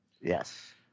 Yes